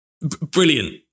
brilliant